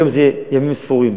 היום זה ימים ספורים.